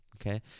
Okay